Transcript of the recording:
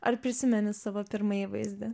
ar prisimeni savo pirmą įvaizdį